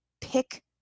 pick